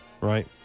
Right